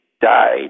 died